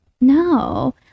no